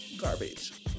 Garbage